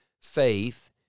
faith